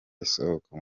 isohoka